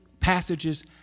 passages